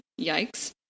Yikes